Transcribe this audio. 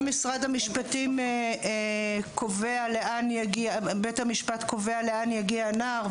בית המשפט קובע לאן יגיע הנער,